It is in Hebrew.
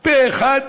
פה אחד,